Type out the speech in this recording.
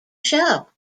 show